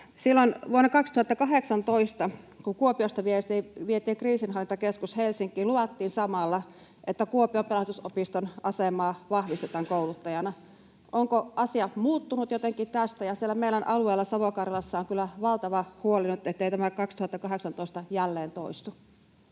vuonna 2018, kun Kuopiosta vietiin Kriisinhallintakeskus Helsinkiin, luvattiin samalla, että Kuopion Pelastusopiston asemaa vahvistetaan kouluttajana. Ovatko asiat muuttuneet jotenkin tästä? Siellä meidän alueella Savo-Karjalassa on kyllä valtava huoli nyt, ettei tämä 2018 jälleen toistu.